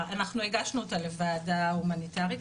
--- אנחנו הגשנו אותה לוועדה ההומניטארית,